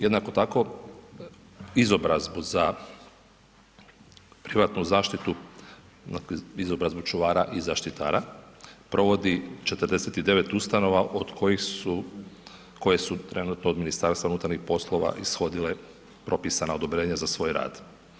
Jednako tako, izobrazbu za privatnu zaštitu, za izobrazbu čuvara i zaštitara, provodi 49 ustanova od kojih su, koje su trenutno od MUP-a ishodile propisana odobrenja za svoj rad.